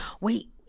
wait